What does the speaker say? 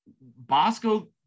Bosco